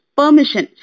permission